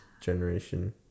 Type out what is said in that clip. generation